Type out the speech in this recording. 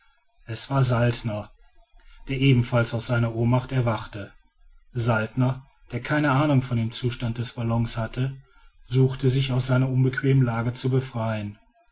es war saltner der ebenfalls aus seiner ohnmacht erwachte saltner der keine ahnung von dem zustand des ballons hatte suchte sich aus seiner unbequemen lage zu befreien